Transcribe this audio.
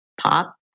pop